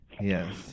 Yes